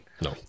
No